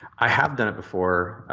i have done it before.